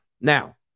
Now